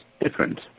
different